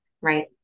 Right